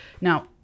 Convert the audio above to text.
Now